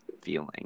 feeling